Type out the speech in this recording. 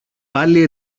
πάλι